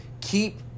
keep